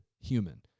human